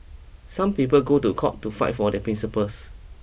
some people go to court to fight for their principles